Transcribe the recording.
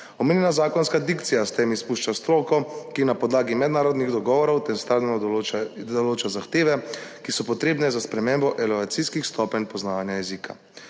Omenjena zakonska dikcija s tem izpušča stroko, ki na podlagi mednarodnih dogovorov ter standardov določa zahteve, ki so potrebne za spremembo evalvacijskih stopenj poznavanja jezika.